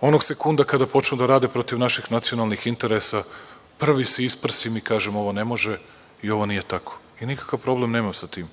Onog sekunda kada počnu da rade protiv naših nacionalnih interesa, prvi se isprsim i kažem ovo ne može i ovo nije tako i nikakav problem nemam sa tim.